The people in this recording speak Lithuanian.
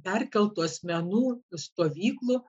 perkeltų asmenų stovyklų